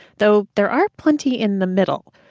though there are plenty in the middle.